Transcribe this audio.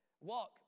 Walk